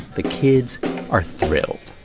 the kids are thrilled.